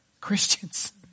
Christians